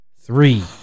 Three